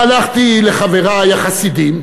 והלכתי לחברי החסידים,